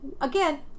Again